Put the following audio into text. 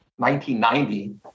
1990